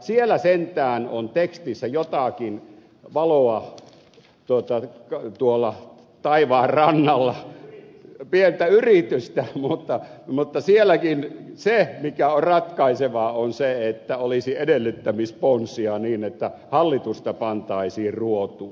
siellä sentään on tekstissä jotakin valoa tuolla taivaan rannalla pientä yritystä mutta sielläkin se mikä on ratkaisevaa on se että olisi edellyttämisponsia niin että hallitusta pantaisiin ruotuun